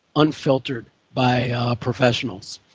unfiltered by professionals.